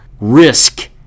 risk